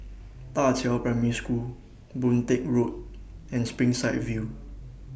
DA Qiao Primary School Boon Teck Road and Springside View